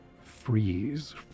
freeze